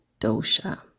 dosha